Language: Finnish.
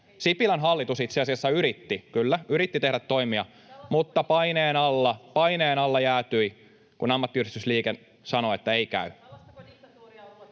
Sipilän hallitus itse asiassa yritti, kyllä, yritti tehdä toimia, mutta paineen alla jäätyi, kun ammattiyhdistysliike sanoi, että ei käy.